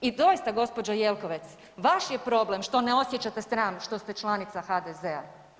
I doista g. Jelkovec, vaš je problem što ne osjećate sram što ste članica HDZ-a.